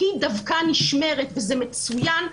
היא דווקא נשמרת וזה מצוין.